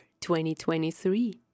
2023